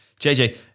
JJ